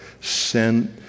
sent